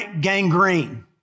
gangrene